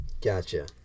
Gotcha